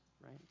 right